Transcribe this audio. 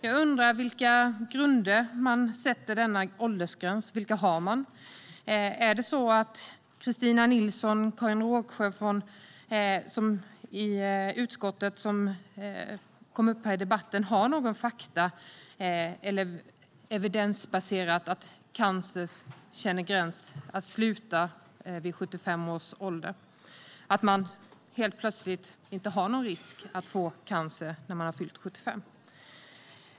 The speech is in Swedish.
Jag undrar på vilka grunder man sätter denna åldersgräns. Har Kristina Nilsson och Karin Rågsjö från utskottet, som kommer upp här i debatten, några fakta eller något evidensbaserat som visar att cancer känner av åldersgränser och slutar att drabba människor vid 75 års ålder? Löper man helt plötsligt ingen risk att få cancer när man har fyllt 75?